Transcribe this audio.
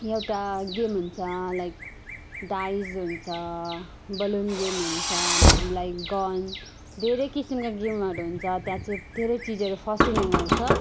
एउटा गेम हुन्छ like dice हुन्छ बलुन गेम हुन्छ लाइक गन धेरै किसिमका गेमहरू हुन्छ त्यहाँ चाहिँ धेरै चिजहरू फसिनेमा छ